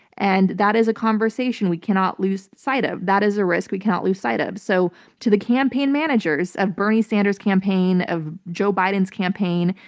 and that is a conversation we cannot lose sight of. that is a risk we cannot lose sight of. so to the campaign managers of the bernie sanders campaign, of joe biden's campaign,